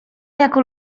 jako